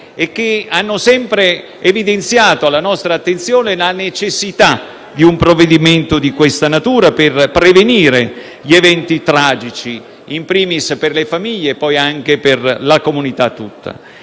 che hanno evidenziato alla nostra attenzione la necessità di un provvedimento di tale natura per prevenire gli eventi tragici, *in primis* per le famiglie e poi anche per la comunità tutta.